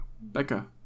Becca